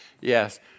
Yes